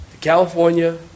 California